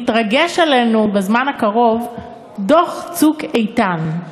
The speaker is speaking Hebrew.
מתרגש עלינו בזמן הקרוב דוח "צוק איתן"